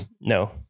No